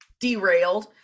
derailed